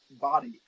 body